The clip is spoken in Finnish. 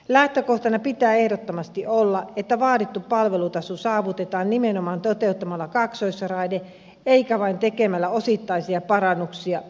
lähtökohtana pitää ehdottomasti olla että vaadittu palvelutaso saavutetaan nimenomaan toteuttamalla kaksoisraide eikä vain tekemällä osittaisia parannuksia